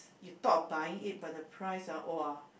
you thought of buying it but the price ah !wah!